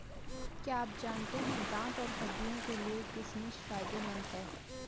क्या आप जानते है दांत और हड्डियों के लिए किशमिश फायदेमंद है?